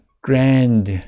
grand